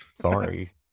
Sorry